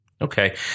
Okay